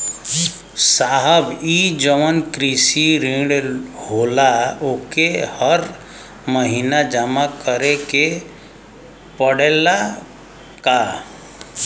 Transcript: साहब ई जवन कृषि ऋण होला ओके हर महिना जमा करे के पणेला का?